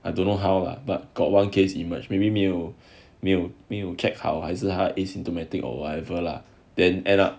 I don't know how lah but got one case emerged maybe 没有没有 check 好还是 asymptomatic or whatever lah then end up